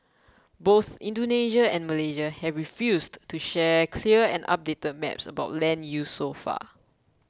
both Indonesia and Malaysia have refused to share clear and updated maps about land use so far